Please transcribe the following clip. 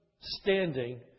standing